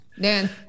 Dan